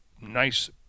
nice